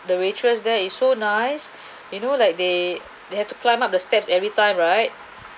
the waitress there is so nice you know like they they have to climb up the steps everytime right